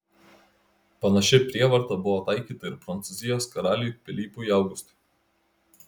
panaši prievarta buvo taikyta ir prancūzijos karaliui pilypui augustui